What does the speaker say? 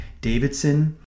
Davidson